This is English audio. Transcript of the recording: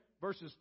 Verses